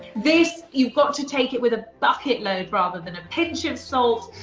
this, you've got to take it with a bucket load, rather than a pinch of salt.